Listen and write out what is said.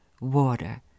water